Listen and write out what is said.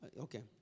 Okay